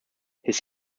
his